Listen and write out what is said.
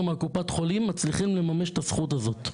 מקופת החולים מצליחים לממש את הזכות הזאת,